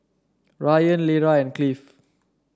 Rylan Lera and Cleave